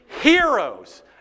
heroes